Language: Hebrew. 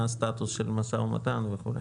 מה הסטטוס של משא ומתן וכו',